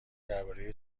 درباره